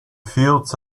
fields